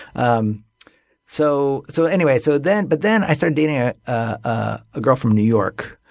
um so so anyway, so then but then i started dating a ah girl from new york